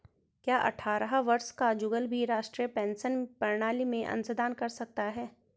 क्या अट्ठारह वर्ष का जुगल भी राष्ट्रीय पेंशन प्रणाली में अंशदान कर सकता है?